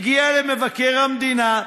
הגיע למבקר המדינה,